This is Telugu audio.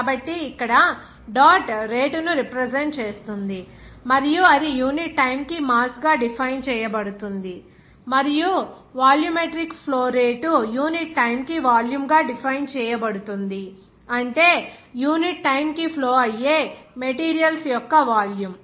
కాబట్టి ఇక్కడ డాట్ రేటు ను రిప్రజెంట్ చేస్తుంది మరియు అది యూనిట్ టైమ్ కి మాస్ గా డిఫైన్ చేయబడుతుంది మరియు volumetric flow rate unit time కి వాల్యూమ్ గా డిఫైన్ చేయబడుతుంది అంటే యూనిట్ టైమ్ కి ఫ్లో అయ్యే మెటీరియల్స్ యొక్క వాల్యూమ్